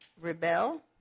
rebel